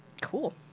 Cool